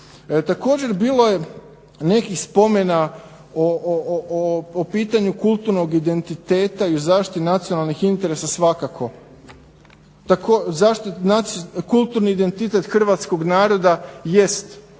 Također bilo je nekih spomena o pitanju kulturnog identiteta i o zaštiti nacionalnih interesa svakako. Zašto kulturni identitet hrvatskog naroda jest